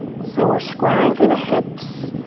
so we're squaring through the hips,